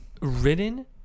Written